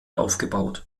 aufgebaut